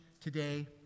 today